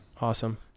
Awesome